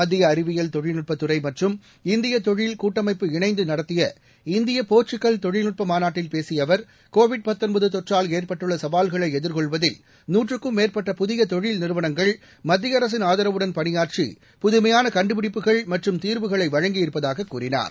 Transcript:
மத்திய அறிவியல் தொழில்நுட்பத்துறை மற்றும் இந்திய தொழில் கூட்டமைப்பு இணைந்து நடத்திய இந்திய போர்ச்சுக்கல் தொழில்நுட்ப மாநாட்டில் பேசிய அவர் கோவிட் தொற்றால் ஏற்பட்டுள்ள சவால்களை எதிர்கொள்வதில் நூற்றுக்கும் மேற்பட்ட புதிய தொழில் நிறுவனங்கள் மத்திய அரசின் ஆதரவுடன் பணியாற்றி புதுமையான கண்டுபிடிப்புகள் மற்றும் தீர்வுகளை வழங்கியிருப்பதாகக் கூறினார்